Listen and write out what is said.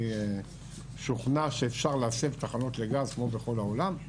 אני משוכנע שאפשר להסב תחנות לגז כמו בכל העולם,